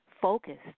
focused